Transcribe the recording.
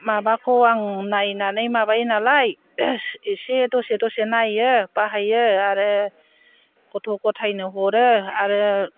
माबाखौ आं नायनानै माबायोनालाय एसे दसे दसे नायो बाहायो आरो गथ' गथायनो हरो आरो